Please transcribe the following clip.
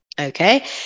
Okay